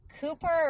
Cooper